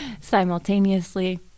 simultaneously